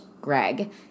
Greg